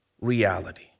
reality